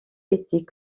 était